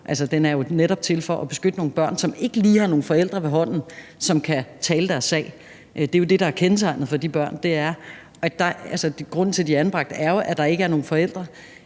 den er jo netop til for at beskytte nogle børn, som ikke lige har nogen forældre ved hånden, som kan tale deres sag. Det er jo det, der er kendetegnet for de børn. Grunden til, at de er anbragt, er jo, at der ikke er nogen